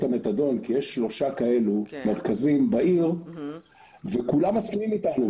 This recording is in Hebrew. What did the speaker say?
המתדון כי יש שלושה כאלו מרכזים בעיר וכולם מסכימים אתנו,